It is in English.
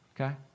Okay